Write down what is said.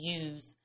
use